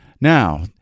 Now